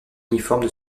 uniformes